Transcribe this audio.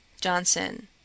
Johnson